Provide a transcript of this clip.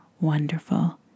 wonderful